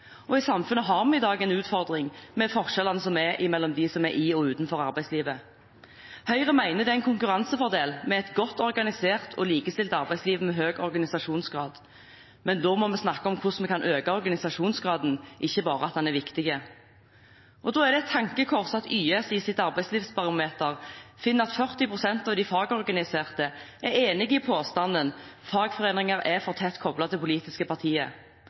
I samfunnet har vi i dag en utfordring med forskjellene som er mellom dem som er i arbeidslivet, og dem som er utenfor arbeidslivet. Høyre mener det er en konkurransefordel med et godt organisert og likestilt arbeidsliv med høy organisasjonsgrad. Men da må vi snakke om hvordan vi kan øke organisasjonsgraden, ikke bare at den er viktig. Det er et tankekors at YS i sitt arbeidslivsbarometer finner at 40 pst. av de fagorganiserte er enig i påstanden «fagforeninger er for tett koblet til politiske